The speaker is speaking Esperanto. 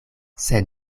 sed